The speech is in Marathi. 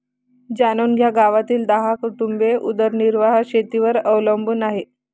जाणून घ्या गावातील दहा कुटुंबे उदरनिर्वाह शेतीवर अवलंबून आहे